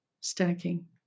stacking